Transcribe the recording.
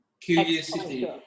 curiosity